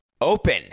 open